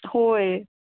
होय